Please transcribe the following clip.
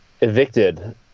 evicted